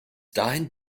dahin